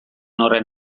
horren